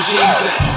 Jesus